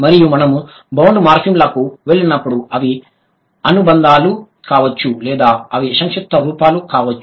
మరియు మనము బౌండ్ మార్ఫిమ్లకు వెళ్లినప్పుడు అవి అనుబంధాలు కావచ్చు లేదా అవి సంక్షిప్త రూపాలు కావచ్చు